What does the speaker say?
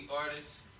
artists